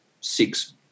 six